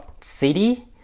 City